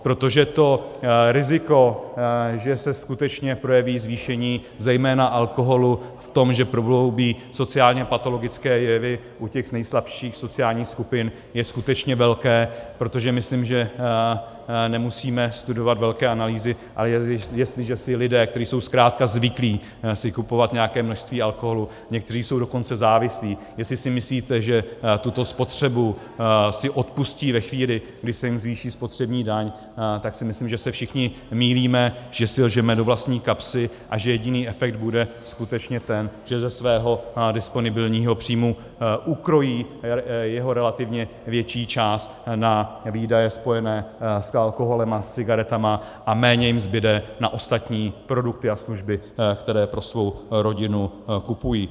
Protože to riziko, že se skutečně projeví zvýšení zejména alkoholu v tom, že prohloubí sociálněpatologické jevy u nejslabších sociálních skupin, je skutečně velké, protože myslím, že nemusíme studovat velké analýzy, ale jestliže si lidé, kteří jsou zkrátka zvyklí si kupovat nějaké množství alkoholu, někteří jsou dokonce závislí, jestli si myslíte, že tuto spotřebu si odpustí ve chvíli, kdy se jim zvýší spotřební daň, tak si myslím, že se všichni mýlíme, že si lžeme do vlastní kapsy a že jediný efekt bude skutečně ten, že ze svého disponibilního příjmu ukrojí jeho relativně větší část na výdaje spojené s alkoholem a s cigaretami a méně jim zbude na ostatní produkty a služby, které pro svou rodinu kupují.